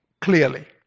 clearly